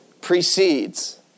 precedes